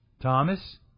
Thomas